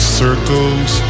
circles